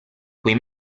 quei